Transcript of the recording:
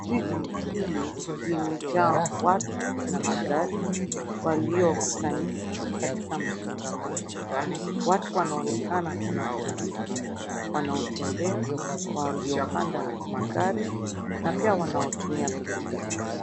Jiji hili limejaa watu na magari waliokusanyika katika msongamano. Watu wanaonekana, kuna polisi wanaotembea na waliopanda magari na pia wanaotumia pikipiki.